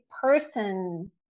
person